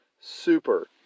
super